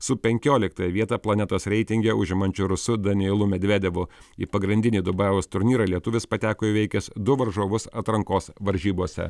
su penkioliktąją vietą planetos reitinge užimančiu rusu danilu medvedevu į pagrindinį dubajaus turnyrą lietuvis pateko įveikęs du varžovus atrankos varžybose